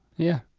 yeah.